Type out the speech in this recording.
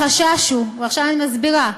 החשש הוא, ועכשיו אני מסבירה,